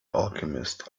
alchemist